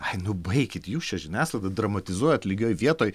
ai nu baikit jūs čia žiniasklaida dramatizuojat lygioj vietoj